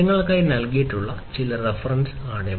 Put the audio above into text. നിങ്ങൾക്കായി നൽകിയിട്ടുള്ള ചില റഫറൻസ് ആണ് ഇവ